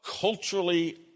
culturally